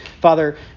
Father